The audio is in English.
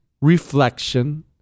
reflection